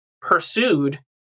pursued